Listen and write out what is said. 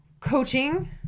coaching